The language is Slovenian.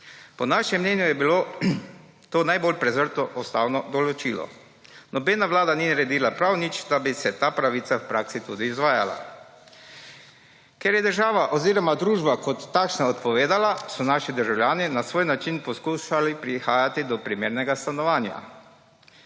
Po našem mnenju je bilo to najbolj prezrto ustavno določilo. Nobena vlada ni naredila prav nič, da bi se ta pravica v praksi tudi izvajala. Ker je država oziroma družba kot takšna odpovedala, so naši državljani na svoj način poskušali prihajati do primernega stanovanja.